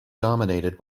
dominated